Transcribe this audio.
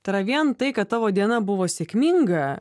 tai yra vien tai kad tavo diena buvo sėkminga